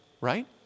right